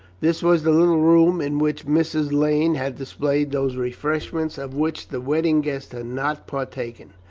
this was the little room in which mrs. lane had displayed those refreshments of which the wedding guests had not partaken.